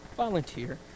volunteer